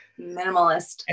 Minimalist